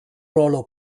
ruolo